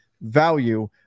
value